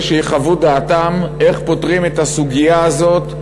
שיחוו דעתם איך פותרים את הסוגיה הזאת,